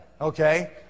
okay